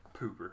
Pooper